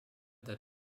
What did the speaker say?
their